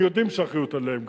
הם יודעים שהאחריות עליהם,